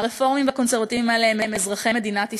הרפורמים והקונסרבטיבים האלה הם אזרחי מדינת ישראל.